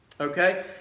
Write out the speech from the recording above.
okay